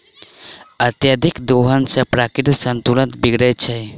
अत्यधिक दोहन सॅ प्राकृतिक संतुलन बिगड़ैत छै